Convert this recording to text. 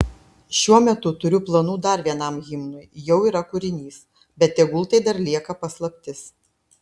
šiuo metu turiu planų dar vienam himnui jau yra kūrinys bet tegul tai dar lieka paslaptis